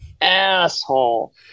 asshole